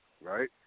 right